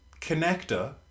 connector